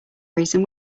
reason